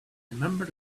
remember